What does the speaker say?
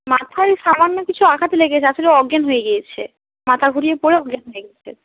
মাথায় সামান্য কিছু আঘাত লেগেছে আসলে অজ্ঞান হয়ে গিয়েছে মাথা ঘুরিয়ে পড়ে অজ্ঞান হয়ে গেছে